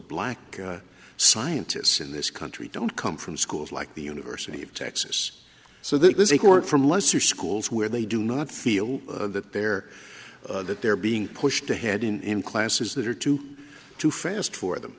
black scientists in this country don't come from schools like the university of texas so there's a court from lesser schools where they do not feel that they're that they're being pushed ahead in classes that are too too fast for them